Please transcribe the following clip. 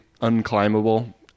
unclimbable